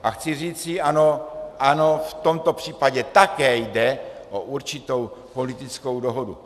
A chci říci ano, ano, v tomto případě také jde o určitou politickou dohodu.